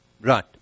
Right